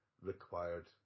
required